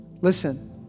Listen